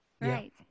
Right